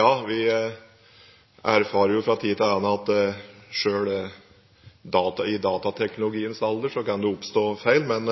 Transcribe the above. Ja, vi erfarer fra tid til annen at selv i datateknologiens alder kan det oppstå feil. Men